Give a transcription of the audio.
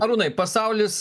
arūnai pasaulis